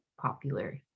popular